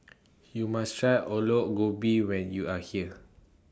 YOU must Try Aloo Gobi when YOU Are here